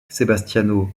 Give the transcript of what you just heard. sebastiano